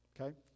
Okay